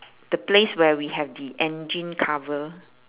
the place where we have the engine cover